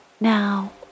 Now